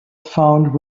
found